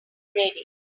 ready